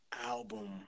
album